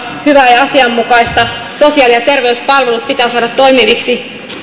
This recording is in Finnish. hyvää ja asianmukaista sosiaali ja terveyspalvelut pitää saada toimiviksi